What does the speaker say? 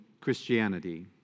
Christianity